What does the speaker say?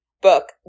book